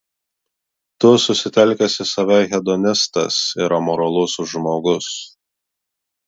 tu susitelkęs į save hedonistas ir amoralus žmogus